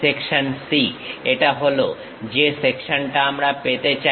section C এটা হলো যে সেকশনটা আমরা পেতে চাই